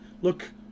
...look